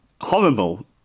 horrible